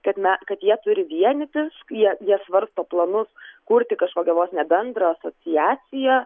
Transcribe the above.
kad na kad jie turi vienytis jie jie svarsto planus kurti kažkokią vos ne bendrą asociaciją